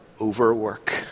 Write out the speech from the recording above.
overwork